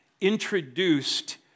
introduced